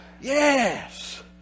Yes